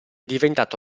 diventato